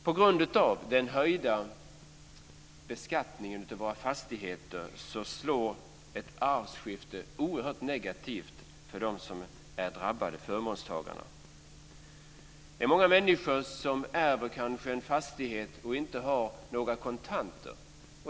På grund av den höjda beskattningen av våra fastigheter slår ett arvsskifte oerhört negativt för dem som är drabbade, dvs. förmånstagarna. Många människor som ärver en fastighet kanske inte har några kontanter.